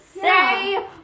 Say